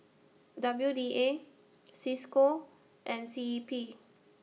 W D A CISCO and C E P